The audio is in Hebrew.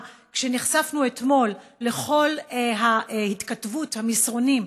כשנחשפנו אתמול לכל התכתבות המסרונים,